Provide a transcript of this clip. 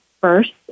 first